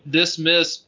dismiss